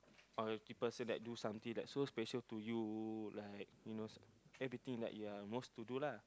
or this person that do something that so special to you like you know everything like you are most to do lah